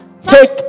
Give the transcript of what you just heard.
Take